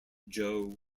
joe